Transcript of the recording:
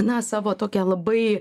na savo tokią labai